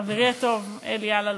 לחברי הטוב, אלי אלאלוף,